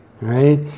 right